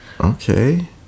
Okay